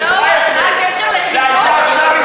מה הקשר לחינוך?